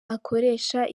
akoresha